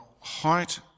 height